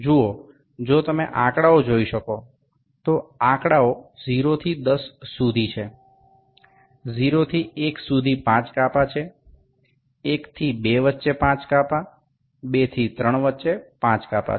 જુઓ જો તમે આંકડાઓ જોઈ શકો તો આંકડાઓ 0 થી 10 સુધી છે 0 થી 1 સુધી 5 કાપા છે 1 થી 2 વચ્ચે 5 કાપા 2 થી 3 વચ્ચે 5 કાપા છે